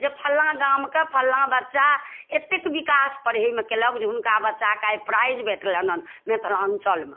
जे फलना गामके फलना बच्चा एतेक विकास पढ़ेमे केलक जे हुनका बच्चाके आज प्राइज भेटलनि हँ मिथिलाञ्चलमे